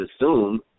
assume